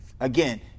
Again